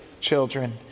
children